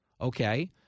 Okay